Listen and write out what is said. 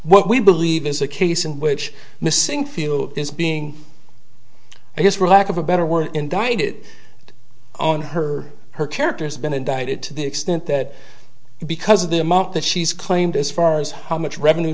what we believe is a case in which missing fuel is being i just relax of a better word indicted on her her character's been indicted to the extent that because of the amount that she's claimed as far as how much revenue